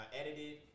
edited